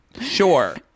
Sure